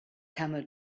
camel